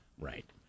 Right